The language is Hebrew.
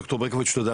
דוקטור ברקוביץ, תודה.